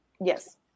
Yes